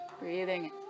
breathing